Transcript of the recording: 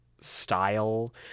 style